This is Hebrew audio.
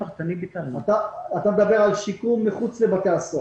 אתה מדבר על שיקום מחוץ לבתי הסוהר.